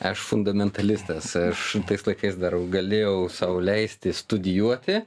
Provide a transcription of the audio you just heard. aš fundamentalistas aš tais laikais dar galėjau sau leisti studijuoti